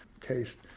taste